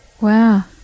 Wow